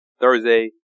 Thursday